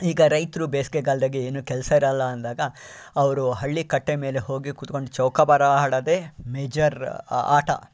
ಈಗ ರೈತರು ಬೇಸಿಗೆಗಾಲ್ದಗೆ ಏನು ಕೆಲಸ ಇರಲ್ಲ ಅಂದಾಗ ಅವರು ಹಳ್ಳಿ ಕಟ್ಟೆ ಮೇಲೆ ಹೋಗಿ ಕೂತ್ಕೊಂಡು ಚೌಕಾಬಾರ ಆಡೋದೇ ಮೇಜರ್ ಆ ಆಟ